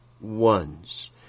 ones